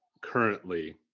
currently